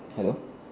hello